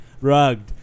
rugged